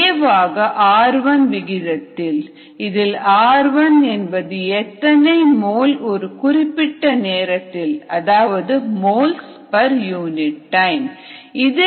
A வாக r1 விகிதத்தில் இதில் r1 என்பது எத்தனை மோல் ஒரு குறிப்பிட்ட நேரத்தில் அதாவது moles per unit time